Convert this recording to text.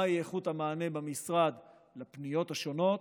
מהי איכות המענה במשרד על הפניות השונות.